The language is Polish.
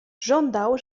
żądał